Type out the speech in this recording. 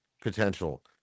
potential